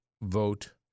vote